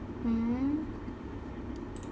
hmm